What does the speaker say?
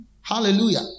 Hallelujah